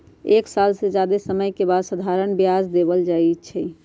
एक साल से जादे समय के बाद साधारण ब्याज बदल जाई छई